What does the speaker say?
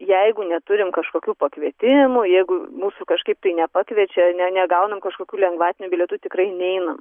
jeigu neturim kažkokių pakvietimų jeigu mūsų kažkaip tai nepakviečia ne negaunam kažkokių lengvatinių bilietų tikrai neinam